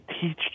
teach